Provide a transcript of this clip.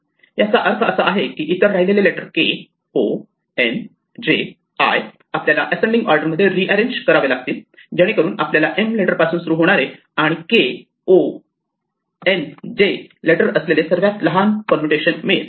याचा अर्थ असा आहे की इतर राहिलेले letter K O N J I आपल्याला असेंडिंग ऑर्डरमध्ये रीअरेंज करावे लागतील जेणेकरून आपल्याला M लेटर पासून सुरु होणारे आणि K O N J letter असलेले सर्वात लहान परमुटेशन मिळेल